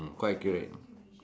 mm quite accurate